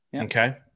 Okay